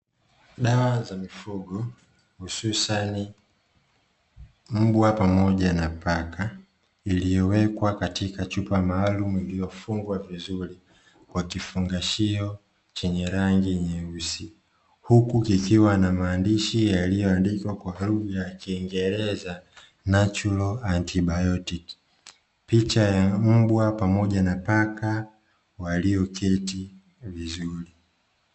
Dawa za mifugo hususan mbwa pamoja na paka, iliyowekwa katika chupa maalumu iliyofungwa vizuri kwa kifungashio chenye rangi nyeusi. Huku kikiwa na maandishi yaliyoandikwa kwa maneno ya kiingereza "NATURAL ANTIBIOTICS", picha ya mbwa pamoja na paka walioketi vizuri.